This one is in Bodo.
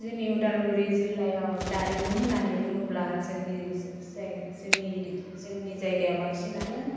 जोंनि अदालगुरि जिल्लायाव दारिमिन होननानै बुङोब्ला जोंनि जाय जोंनि जायगायाव बांसिनानो